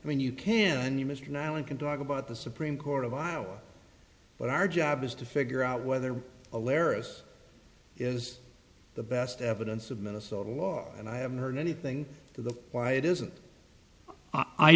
i mean you can you mr nowlan can talk about the supreme court of iowa but our job is to figure out whether a laris is the best evidence of minnesota law and i haven't heard anything to the why it isn't i